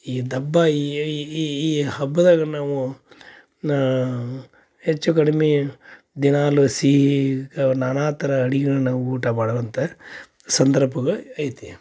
ಈ ದಬ್ಬ ಈ ಈ ಈ ಈ ಹಬ್ಬದಾಗ ನಾವು ನ ಹೆಚ್ಚು ಕಡ್ಮೆ ದಿನಾಲೂ ಸಿಹಿ ಕ ನಾನಾ ಥರ ಅಡ್ಗೆಗಳ್ನ ಊಟ ಮಾಡುವಂಥ ಸಂದರ್ಭಗಳು ಐತಿ